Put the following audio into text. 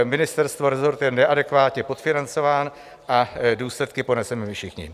Ministerstvo, resort je neadekvátně podfinancován a důsledky poneseme my všichni.